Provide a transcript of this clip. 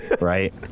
right